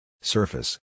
Surface